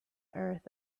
earth